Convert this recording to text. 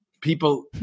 people